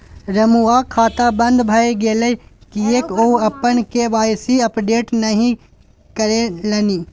रमुआक खाता बन्द भए गेलै किएक ओ अपन के.वाई.सी अपडेट नहि करेलनि?